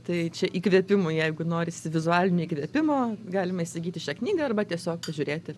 tai čia įkvėpimų jeigu norisi vizualinėj įkvėpimo galima įsigyti šią knygą arba tiesiog pažiūrėti